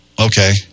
Okay